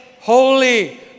holy